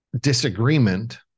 disagreement